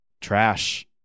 trash